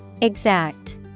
Exact